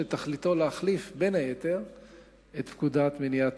שתכליתו להחליף בין היתר את פקודת מניעת